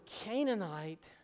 Canaanite